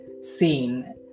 scene